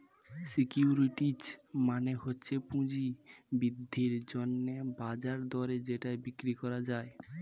securities মানে হচ্ছে পুঁজি বৃদ্ধির জন্যে বাজার দরে যেটা বিক্রি করা যায়